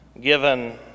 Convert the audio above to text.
given